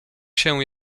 się